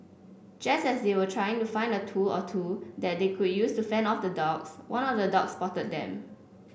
just as they were trying to find a tool or two that they could use to fend off the dogs one of the dogs spotted them